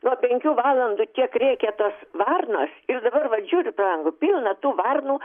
nuo penkių valandų tiek rėkia tos varnos ir dabar vat žiūriu per langą pilna tų varnų